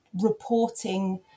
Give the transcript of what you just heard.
reporting